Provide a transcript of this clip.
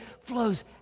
flows